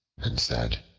and said,